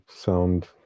sound